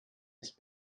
ist